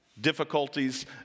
difficulties